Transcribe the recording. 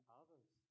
others